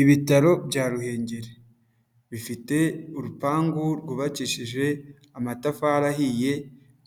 Ibitaro bya Ruhengeri bifite urupangu rwubakishije amatafari ahiye